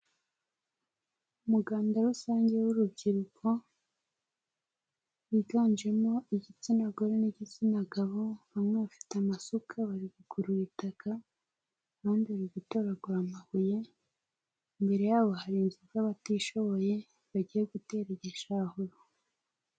Umuganda rusange w'urubyiruko, wiganjemo igitsina gore n'igitsina gabo, bamwe bafite amasuka bari gukurura itaka, abandi bari gutoragura amabuye, imbere yabo hari inzu z'abatishoboye ,bagiye gutera igishahuro.